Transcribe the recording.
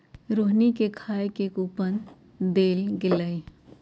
रोहिणी के खाए के कूपन देल गेलई